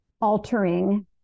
altering